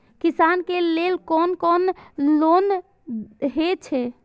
किसान के लेल कोन कोन लोन हे छे?